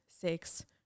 six